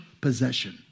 possession